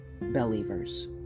Believers